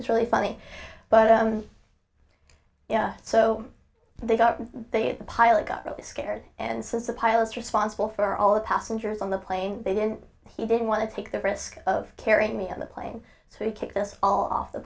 was really funny but so they got they the pilot got really scared and says the pilots responsible for all the passengers on the plane they didn't he didn't want to take the risk of carrying me on the plane so he kicked us all off the